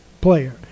player